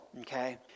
okay